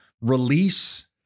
release